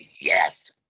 yes